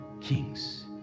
Kings